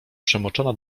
przemoczona